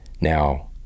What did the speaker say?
Now